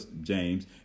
James